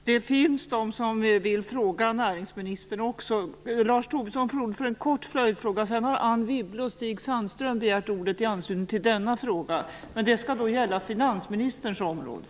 Det finns de som vill ställa frågor även till näringsministern. Wibble och Stig Sandström ordet i anslutning till denna fråga, och det skall gälla finansministerns område.